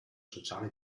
sociale